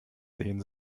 sehen